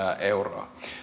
euroa